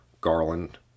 Garland